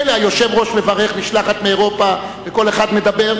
מילא היושב-ראש מברך משלחת מאירופה וכל אחד מדבר,